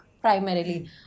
primarily